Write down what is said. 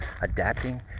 adapting